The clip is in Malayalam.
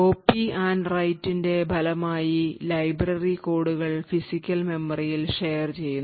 Copy and write ന്റെ ഫലമായി ലൈബ്രറി കോഡുകൾ ഫിസിക്കൽ മെമ്മറിയിൽ share ചെയ്യുന്നു